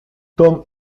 tome